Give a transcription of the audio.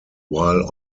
while